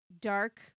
dark